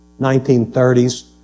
1930s